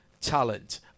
talent